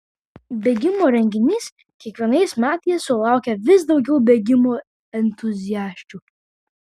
bėgimo renginys kiekvienais metais sulaukia vis daugiau bėgimo entuziasčių